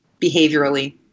Behaviorally